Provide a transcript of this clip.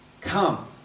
Come